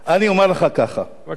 אני אומר לך ככה, בבקשה.